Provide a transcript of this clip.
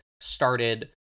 started